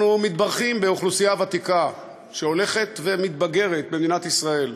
אנחנו מתברכים באוכלוסייה ותיקה שהולכת ומתבגרת במדינת ישראל.